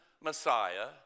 Messiah